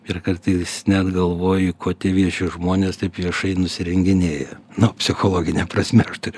ir kartais net galvoji ko tie vieši žmonės taip viešai nusirenginėja nu psichologine prasme aš turiu